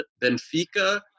Benfica